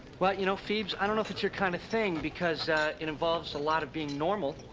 well you know, pheebs, i don't know if it's your kind of thing because, ah. it involves a lot of being normal.